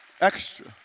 extra